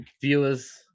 viewers